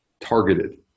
targeted